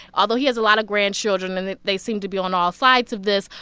although, he has a lot of grandchildren, and they seem to be on all sides of this.